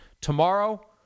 Tomorrow